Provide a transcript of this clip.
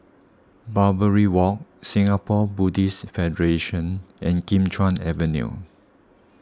Barbary Walk Singapore Buddhist Federation and Kim Chuan Avenue